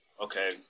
okay